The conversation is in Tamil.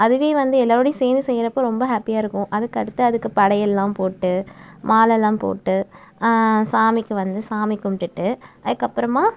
அதுவே வந்து எல்லாரோடுயும் சேர்ந்து செய்கிறப்ப ரொம்ப ஹேப்பியாக இருக்கும் அதுக்கு அடுத்து அதுக்கு படையல்லாம் போட்டு மாலைலாம் போட்டு சாமிக்கு வந்து சாமி கும்பிட்டுட்டு அதுக்கப்பறம்